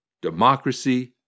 Democracy